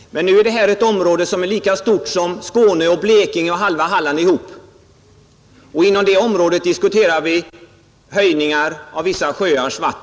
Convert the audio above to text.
Men nu gäller det ett område som är lika stort som Skåne, Blekinge och halva Halland tillsammans, och vi diskuterar en höjning av vattnet i vissa sjöar inom det området.